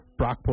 Brockport